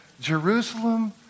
Jerusalem